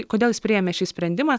kodėl jis priėmė šį sprendimą